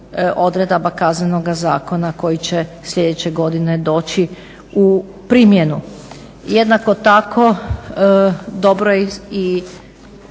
odredaba Kaznenoga zakona koji će sljedeće godine doći u primjenu. Jednako tako dobro je